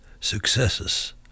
successes